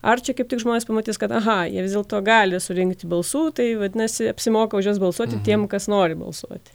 ar čia kaip tik žmonės pamatys kad aha jie vis dėlto gali surinkti balsų tai vadinasi apsimoka už juos balsuoti tiems kas nori balsuoti